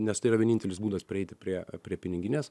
nes tai yra vienintelis būdas prieiti prie prie piniginės